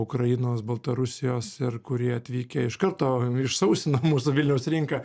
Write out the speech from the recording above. ukrainos baltarusijos ir kurie atvykę iš karto išsausino mūsų vilniaus rinką